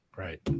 Right